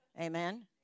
Amen